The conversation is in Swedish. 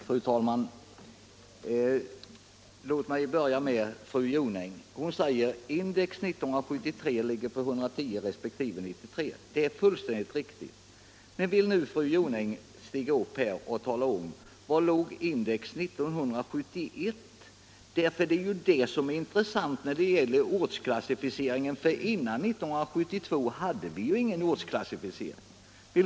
Fru talman! Låt mig börja med fru Jonäng. Hon säger att index för 1973 är 110 resp. 93, och det är alldeles riktigt. Men vill nu fru Jonäng också stiga upp och tala om var index låg år 1971? Det är ju det som är intressant när det gäller ortsklassificeringen. Före 1972 hade vi ingen sådan klassificering.